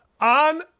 on